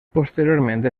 posteriormente